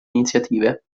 iniziative